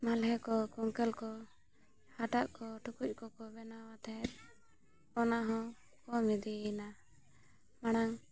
ᱢᱟᱞᱦᱮ ᱠᱚ ᱠᱩᱝᱠᱟᱹᱞ ᱠᱚ ᱦᱟᱴᱟᱜ ᱠᱚ ᱴᱩᱠᱩᱡ ᱠᱚᱠᱚ ᱵᱮᱱᱟᱣᱟ ᱛᱟᱦᱮᱸᱫ ᱚᱱᱟ ᱦᱚᱸ ᱠᱚᱢ ᱤᱫᱤᱭᱮᱱᱟ ᱢᱟᱲᱟᱝ